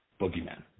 Boogeyman